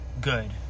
good